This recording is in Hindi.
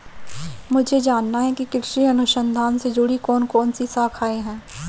मुझे जानना है कि कृषि अनुसंधान से जुड़ी कौन कौन सी शाखाएं हैं?